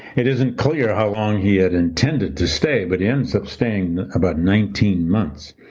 it isn't clear how long he had intended to stay, but he ends up staying about nineteen months,